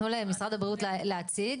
תנו למשרד הבריאות להציג